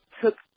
took